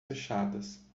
fechadas